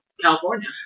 California